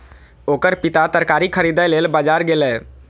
ओकर पिता तरकारी खरीदै लेल बाजार गेलैए